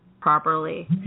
properly